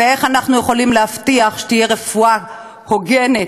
ואיך אנחנו יכולים להבטיח שתהיה רפואה הוגנת